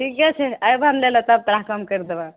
ठीके छै अयबहऽ लै लऽ तब तोरा कम करि देबऽ